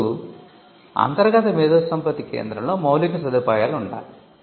ఇప్పుడు అంతర్గత మేధోసంపత్తి కేంద్రoలో మౌలిక సదుపాయాలు ఉండాలి